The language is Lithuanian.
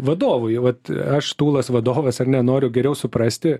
vadovui jau vat aš tūlas vadovas ar ne noriu geriau suprasti